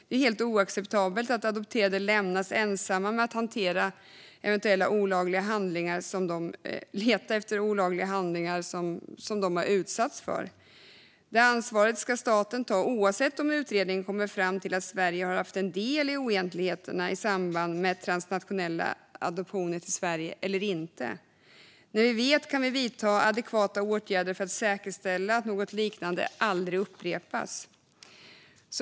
Det är helt oacceptabelt att adopterade lämnas ensamma med att hantera eventuella olagliga handlingar som de utsatts för. Det ansvaret ska staten ta, oavsett om utredningen kommer fram till att Sverige har haft del i oegentligheter i samband med transnationella adoptioner till Sverige eller inte. När vi vet kan vi vidta adekvata åtgärder för att säkerställa att något liknande aldrig upprepas.